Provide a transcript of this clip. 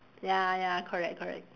ya ya correct correct